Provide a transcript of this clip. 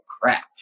crap